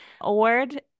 award